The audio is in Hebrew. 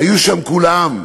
היו שם כולם,